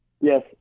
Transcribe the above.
Yes